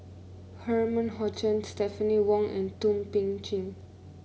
Herman Hochstadt Stephanie Wong and Thum Ping Tjin